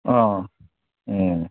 ꯑꯥ ꯑꯣ